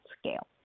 scale